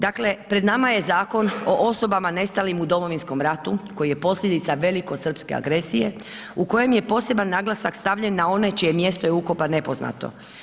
Dakle, pred nama je zakon o osobama nestalim u Domovinskom ratu koji je posljedica velikosrpske agresije u kojem je posebni naglasak stavljen na one čije je mjesto ukopa nepoznato.